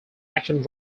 action